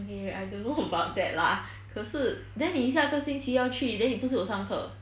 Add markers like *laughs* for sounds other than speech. okay I don't know *laughs* about that lah 可是 then 你下个星期要去 then 你不是有上课